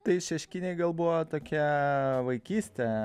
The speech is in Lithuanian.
tai šeškinėj gal buvo tokia vaikystė